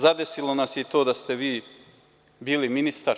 Zadesilo nas je i to da ste vi bili ministar.